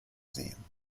sehen